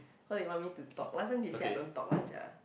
so they want me to talk last time they say I don't talk one sia